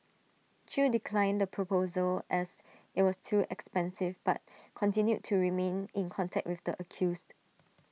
chew declined the proposal as IT was too expensive but continued to remain in contact with the accused